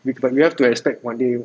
we but you have to expect one day